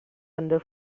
under